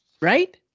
Right